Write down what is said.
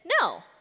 no